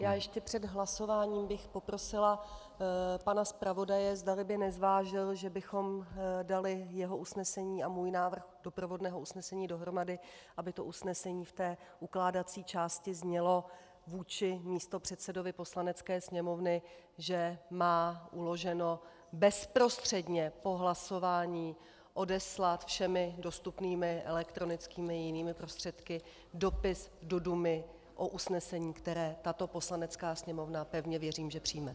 Já bych ještě před hlasováním poprosila pana zpravodaje, zdali by nezvážil, že bychom dali jeho usnesení a můj návrh doprovodného usnesení dohromady, aby to usnesení v ukládací části znělo vůči místopředsedovi Poslanecké sněmovny, že má uloženo bezprostředně po hlasování odeslat všemi dostupnými elektronickými a jinými prostředky dopis do Dumy o usnesení, které tato Poslanecká sněmovna, pevně věřím, že přijme.